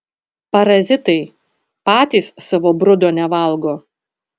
parazitai patys savo brudo nevalgo